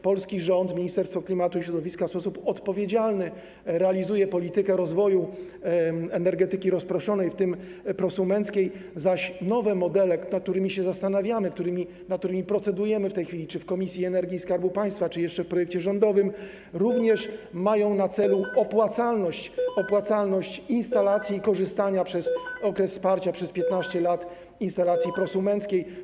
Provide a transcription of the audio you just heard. Polski rząd, Ministerstwo Klimatu i Środowiska w sposób odpowiedzialny realizuje politykę rozwoju energetyki rozproszonej, w tym prosumenckiej, zaś nowe modele, nad którymi się zastanawiamy, nad którymi procedujemy w tej chwili czy w komisji energii i skarbu państwa, czy jeszcze w ramach projektu rządowego, również mają na celu opłacalność instalacji i korzystania ze wsparcia przez okres 15 lat instalacji prosumenckiej.